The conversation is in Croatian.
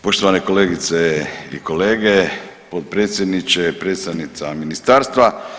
Poštovane kolegice i kolege, potpredsjedniče, predstavnica Ministarstva.